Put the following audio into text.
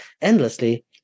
endlessly